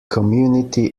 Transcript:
community